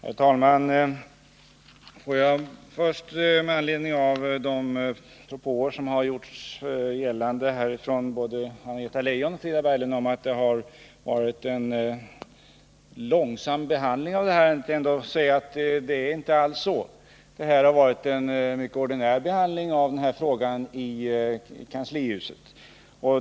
Herr talman! Får jag först med anledning av de propåer som har gjorts från både Anna-Greta Leijon och Frida Berglund om att det har varit en långsam behandling av ärendet säga att det inte alls är så. Det har varit en mycket ordinär behandling av frågan i kanslihuset.